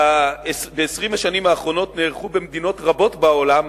ב-20 השנים האחרונות נערכו במדינות רבות בעולם